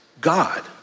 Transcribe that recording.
God